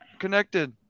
Connected